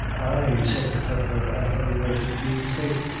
ay, said the pedlar, at any rate, indeed faith,